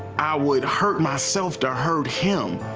i would hurt myself to hurt him.